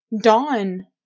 dawn